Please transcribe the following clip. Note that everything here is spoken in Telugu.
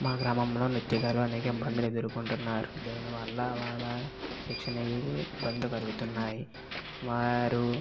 మా గ్రామంలో నృత్యకారులు అనేక ఇబ్బందులు ఎదుర్కొంటున్నారు దీని వల్ల వాళ్ళ శిక్షణకు ఇబ్బందులు కలుగుతున్నాయి వారు